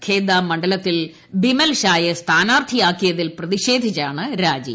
ഖേദ മണ്ഡലത്തിൽ ബിമൽ ഷായെ സ്ഥാനാർത്ഥിയാക്കിയതിൽ പ്രതിഷേധിച്ചാണ് രാജി